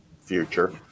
future